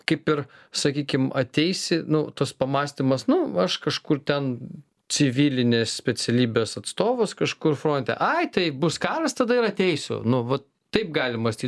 kaip ir sakykim ateisi nu tas pamąstymas nu aš kažkur ten civilinės specialybės atstovas kažkur fronte ai tai bus karas tada ir ateisiu nu vat taip gali mąstyt